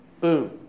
Boom